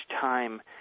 time